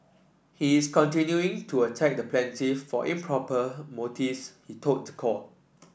he is continuing to attack the plaintiff for improper motives he told the court